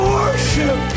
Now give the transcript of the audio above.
worship